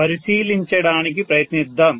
పరిశీలించడానికి ప్రయత్నిద్దాం